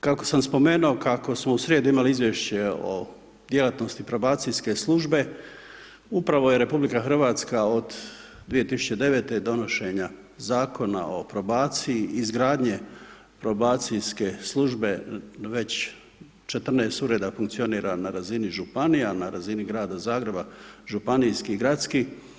Kako sam spomenuo kako smo u srijedu imali Izvješće o djelatnosti probacijske službe upravo je RH od 2009. i donošenja Zakona o probaciji, izgradnje probacijske službe već 14 ureda funkcionira na razini županija, na razini grada Zagreba, županijskih i gradskih.